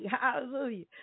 Hallelujah